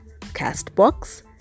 Castbox